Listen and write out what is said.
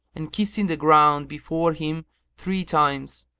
and kissing the ground before him three times,